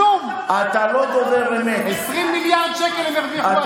20 מיליארד שקל הם הרוויחו השנה בשיא.